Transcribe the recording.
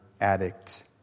addict